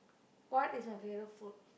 what is her favourite food